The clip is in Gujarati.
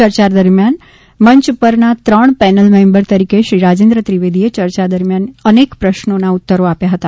ચર્ચા દરમિયાન મંચ ઉપરના ત્રણ પેનલ મેમ્બર તરીકે શ્રી રાજેન્દ્ર ત્રિવેદીએ યર્યા દરમિયાન અનેક પ્રશ્નોના ઉત્તરો આપ્યા હતા